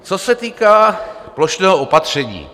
Co se týká plošného opatření.